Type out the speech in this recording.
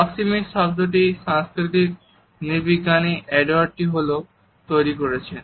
proxemics শব্দটি সাংস্কৃতিক নৃবিজ্ঞানী এডওয়ার্ড টি হল তৈরি করেছেন